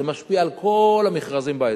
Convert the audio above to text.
זה משפיע על כל המכרזים באזור.